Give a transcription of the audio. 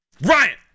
Ryan